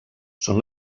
són